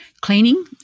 cleaning